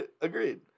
Agreed